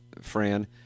Fran